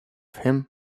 him